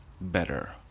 better